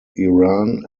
iran